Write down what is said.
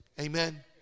Amen